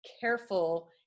careful